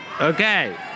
Okay